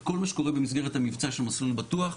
את כל מה שקורה במסגרת המבצע של מסלול בטוח.